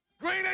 Green